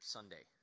Sunday